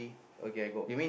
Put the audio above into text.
okay I got